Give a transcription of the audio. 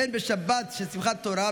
הן בשבת של שמחת תורה,